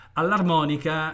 All'armonica